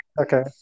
Okay